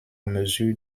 mesure